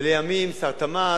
ולימים שר התמ"ת,